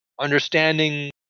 understanding